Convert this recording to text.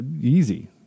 Easy